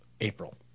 April